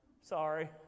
Sorry